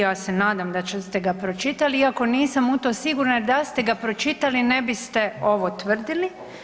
Ja se nadam da ste ga pročitali iako nisam u to sigurna jer da ste ga pročitali ne biste ovo tvrdili.